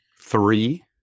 three